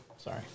Sorry